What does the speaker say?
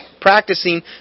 practicing